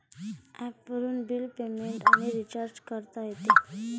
ॲपवरून bill payment आणि recharge करता येते